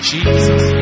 Jesus